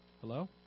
Hello